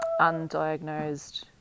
undiagnosed